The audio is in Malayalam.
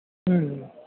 ഉം